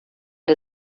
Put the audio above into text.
der